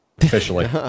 Officially